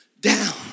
down